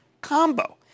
combo